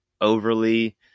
overly